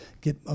get